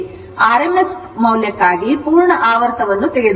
rms ಮೌಲ್ಯಕ್ಕಾಗಿ ಪೂರ್ಣ ಆವರ್ತವನ್ನು ತೆಗೆದುಕೊಳ್ಳಿ